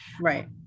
Right